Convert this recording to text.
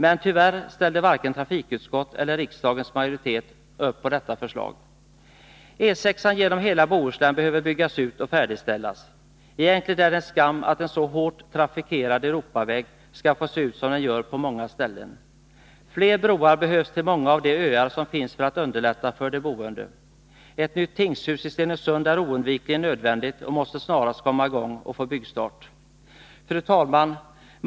Men tyvärr ställde varken trafikutskottet eller riksdagens majoritet upp på detta förslag. E 6-an genom hela Bohuslän behöver byggas ut och färdigställas. Egentligen är det en skam att en så hårt trafikerad Europaväg skall få se ut som den gör på många ställen. För att underlätta för människorna behövs det fler broar till många av öarna. Ett nytt tingshus i Stenungsund är oundvikligen nödvändigt, måste snarast få byggstart och komma i gång. Fru talman!